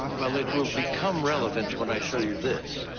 well, it will become relevant when i show you this